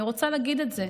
אני רוצה להגיד את זה,